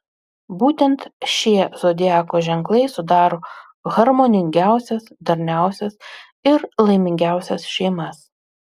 būtent šie zodiako ženklai sudaro harmoningiausias darniausias ir laimingiausias šeimas